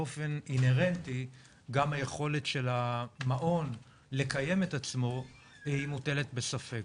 באופן אינהרנטי גם היכולת של המעון לקיים את עצמו מוטלת בספק.